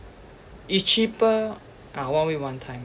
it's cheaper ah one week one time